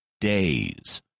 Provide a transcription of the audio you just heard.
days